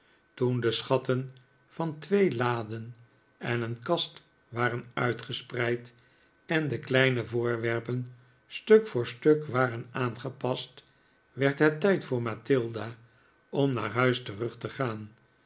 toen de schatten van twee laden en een kast waren uitgespreid en de kleine voorwerpen stuk voor stuk waren aangepast werd het tijd voor mathilda om naar huis terug te gaan